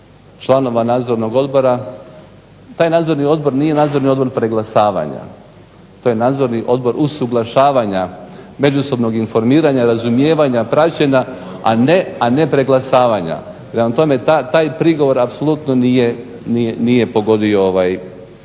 članova nadzornog odbora. Taj nadzorni odbor nije nadzorni odbor preglasavanja, to je nadzorni odbor usuglašavanja, međusobnog informiranja, razumijevanja, praćenja, a ne preglasavanja. Prema tome, taj prigovor apsolutno nije pogodio pravo